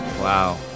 Wow